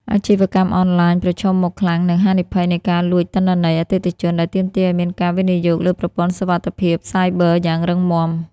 អាជីវកម្មអនឡាញប្រឈមមុខខ្លាំងនឹង ហានិភ័យនៃការលួចទិន្នន័យ អតិថិជន ដែលទាមទារឱ្យមានការវិនិយោគលើប្រព័ន្ធសុវត្ថិភាពសាយប័រយ៉ាងរឹងមាំ។